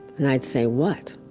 and i'd say, what?